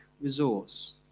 resource